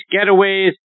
getaways